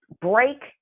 Break